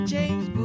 James